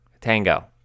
Tango